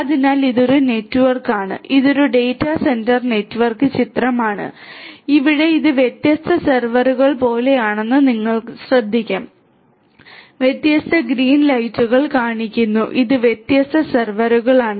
അതിനാൽ ഇത് ഒരു നെറ്റ്വർക്കാണ് ഇത് ഒരു ഡാറ്റാ സെന്റർ നെറ്റ്വർക്ക് ചിത്രമാണ് ഇവിടെ ഇത് വ്യത്യസ്ത സെർവറുകൾ പോലെയാണെന്ന് നിങ്ങൾ ശ്രദ്ധിക്കും വ്യത്യസ്ത ഗ്രീൻ ലൈറ്റുകൾ കാണിക്കുന്നു ഇത് വ്യത്യസ്ത സെർവറുകളാണ്